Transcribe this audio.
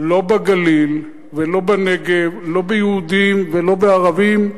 לא בגליל ולא בנגב, לא ביהודים ולא בערבים.